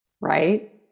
right